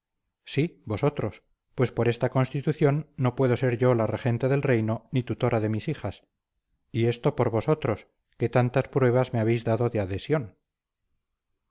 sí vosotros pues por esta constitución no puedo ser yo la regente del reino ni tutora de mis hijas y eso por vosotros que tantas pruebas me habéis dado de adhesión